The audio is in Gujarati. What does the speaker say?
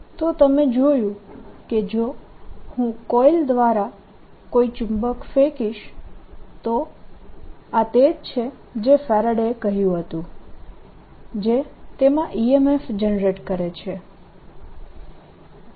તો તમે જોયું કે જો હું કોઇલ દ્વારા કોઈ ચુંબક ફેંકીશ તો આ તે છે જે ફરાડે એ કર્યું હતું જે તેમાં EMF જનરેટ કરે છે